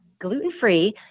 gluten-free